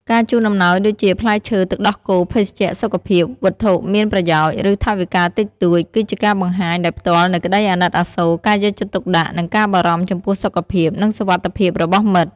ការជូនអំណោយដូចជា ផ្លែឈើ ទឹកដោះគោ ភេសជ្ជៈសុខភាព វត្ថុមានប្រយោជន៍ ឬថវិកាតិចតួច គឺជាការបង្ហាញដោយផ្ទាល់នូវក្តីអាណិតអាសូរ ការយកចិត្តទុកដាក់ និងការបារម្ភចំពោះសុខភាព និងសុវត្ថិភាពរបស់មិត្ត។